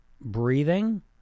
breathing